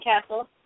castle